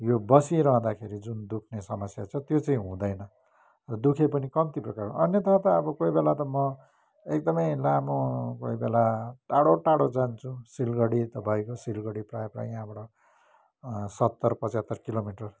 यो बसिरहँदाखेरि जुन दुख्ने समस्या छ त्यो चाहिँ हुँदैन र दुखे पनि कम्ती प्रकारको अन्यथा ता अब कोही बेला त म एकदमै लामो कोही बेला टाढो टाढो जान्छु सिलगढी त भइगो सिलगढी प्रायः प्रायः यहाँबाट सत्तर पचहत्तर किलोमिटर